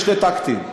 בשני טקטים,